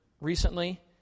recently